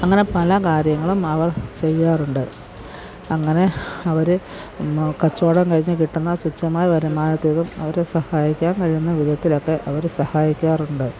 അങ്ങനെ പല കാര്യങ്ങളും അവർ ചെയ്യാറുണ്ട് അങ്ങനെ അവർ കച്ചവടം കഴിഞ്ഞ് കിട്ടുന്ന തുച്ഛമായ വരുമാനത്തിൽ നിന്നും അവർ സഹായിക്കാൻ കഴിയുന്ന വിധത്തിലൊക്കെ അവർ സഹായിക്കാറുണ്ട്